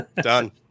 done